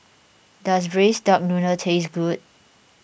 does Braised Duck Noodle taste good